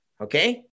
Okay